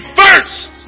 first